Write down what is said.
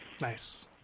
Nice